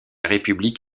république